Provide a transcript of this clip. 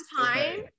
time